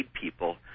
people